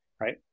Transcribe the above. right